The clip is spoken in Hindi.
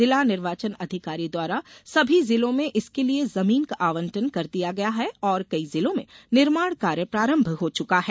जिला निर्वाचन अधिकारी द्वारा सभी जिलों में इसके लिये जमीन का आवंटन कर दिया गया है और कई जिलों में निर्माण कार्य प्रारम्भ हो चुका है